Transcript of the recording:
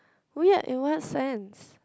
weird in what sense